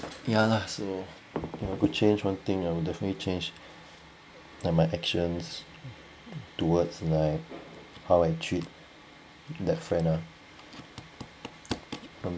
ya lah so I could change one thing I will definitely change that my actions towards like how I treat that friend ah